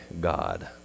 God